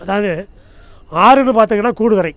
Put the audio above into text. அதாவது ஆறுன்னு பார்த்திங்கன்னா கூடுதுறை